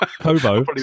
Kobo